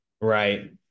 Right